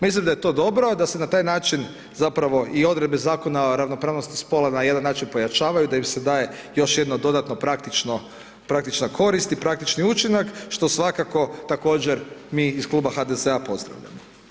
Mislim da je to dobro, a da se na taj način zapravo i odredbe Zakona o ravnopravnosti spola na jedan način pojačavaju, da im se daje još jedno dodatno praktično, praktična korist i praktičan učinak, što svakako, također mi iz Kluba HDZ-a, pozdravljamo.